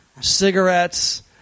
Cigarettes